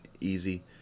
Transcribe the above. easy